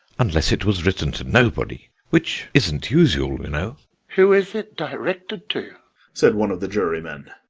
unless it was written to nobody, which isn't usual, you know who is it directed to said one of the jurymen.